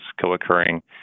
co-occurring